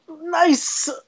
nice